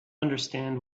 understand